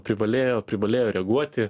privalėjo privalėjo reaguoti